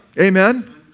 Amen